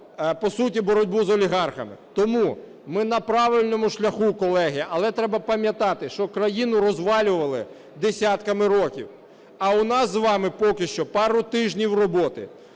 по суті боротьбу з олігархами. Тому ми на правильному шляху, колеги. Але треба пам'ятати, що країну розвалювали десятками років. А у нас з вами поки що пару тижнів роботи.